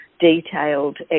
detailed